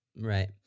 right